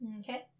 Okay